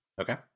Okay